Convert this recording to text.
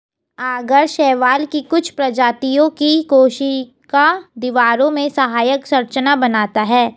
आगर शैवाल की कुछ प्रजातियों की कोशिका दीवारों में सहायक संरचना बनाता है